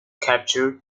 captured